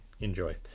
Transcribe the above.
enjoy